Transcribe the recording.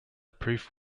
proof